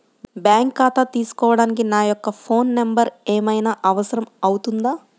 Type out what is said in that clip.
Bank ఖాతా తీసుకోవడానికి నా యొక్క ఫోన్ నెంబర్ ఏమైనా అవసరం అవుతుందా?